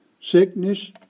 sickness